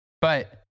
But-